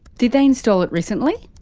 did they install it recently.